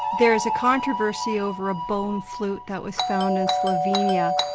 there is a controversy over a bone flute that was found in slovenia.